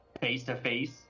face-to-face